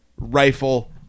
rifle